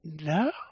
No